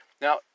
Now